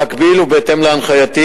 במקביל ובהתאם להנחייתי,